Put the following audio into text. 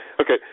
Okay